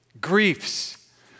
griefs